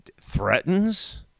threatens